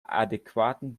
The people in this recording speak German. adäquaten